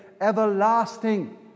everlasting